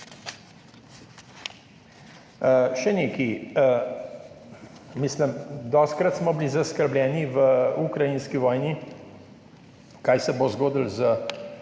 Še nekaj. Dostikrat smo bili zaskrbljeni v ukrajinski vojni, kaj se bo zgodilo z